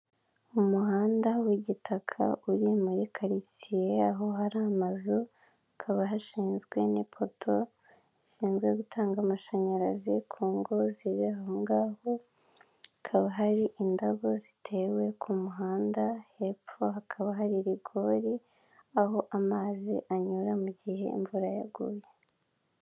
Umuhanda w'igitaka uri muri karitsiye, aho hari amazu, hakaba hashinzwe n'ipoto rishinzwe gutanga amashanyarazi ku ngo ziri ahongaho. Hakaba hari indabo zitewe ku muhanda, hepfo hakaba hari rigori aho amazi anyura mu gihe imvura yaguye.